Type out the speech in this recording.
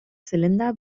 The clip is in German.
zylinder